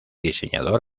diseñador